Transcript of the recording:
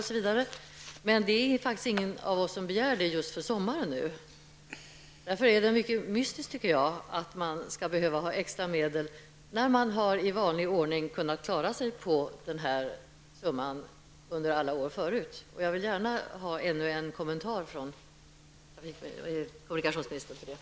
Men ingen av oss har faktiskt begärt det nu inför sommaren. Därför verkar det mycket mystiskt att det skulle behövas extra medel. Man har ju i vanlig ordning kunnat klara sig under alla dessa år. Jag vill gärna ha en kommentar av kommunikationsministern till detta.